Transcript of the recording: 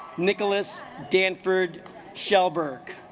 nicolas danford shell berg